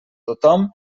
tothom